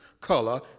color